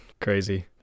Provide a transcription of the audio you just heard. Crazy